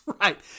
right